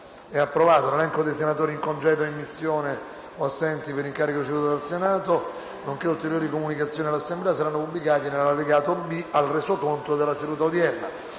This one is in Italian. finestra"). L'elenco dei senatori in congedo e assenti per incarico ricevuto dal Senato, nonché ulteriori comunicazioni all'Assemblea saranno pubblicati nell'allegato B al Resoconto della seduta odierna.